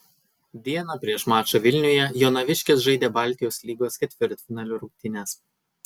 dieną prieš mačą vilniuje jonaviškės žaidė baltijos lygos ketvirtfinalio rungtynes